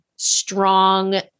strong